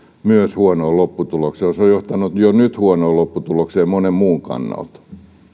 huonoon lopputulokseen se on johtanut jo nyt huonoon lopputulokseen monen muun kannalta